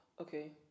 okay